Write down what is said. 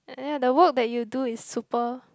ya the work that you do is super